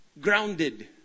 grounded